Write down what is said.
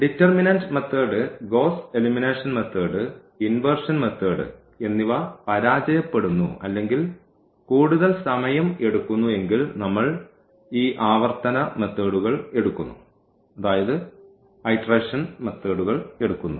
determinant method Gauss elimination method inversion method എന്നിവ പരാജയപ്പെടുന്നു അല്ലെങ്കിൽ കൂടുതൽ സമയം എടുക്കുന്നു എങ്കിൽ നമ്മൾ ഈ ആവർത്തന മെത്തേഡ്കൾ എടുക്കുന്നു